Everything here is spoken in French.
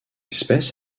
espèce